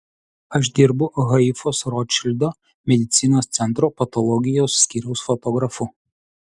aš dirbu haifos rotšildo medicinos centro patologijos skyriaus fotografu